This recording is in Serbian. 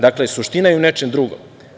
Dakle, suština je u nečem drugom.